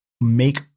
make